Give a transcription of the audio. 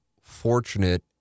fortunate